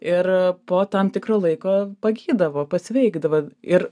ir po tam tikro laiko pagydavo pasveikdavo ir